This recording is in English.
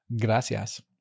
Gracias